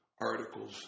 articles